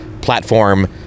platform